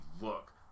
look